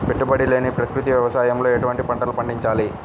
పెట్టుబడి లేని ప్రకృతి వ్యవసాయంలో ఎటువంటి పంటలు పండించాలి?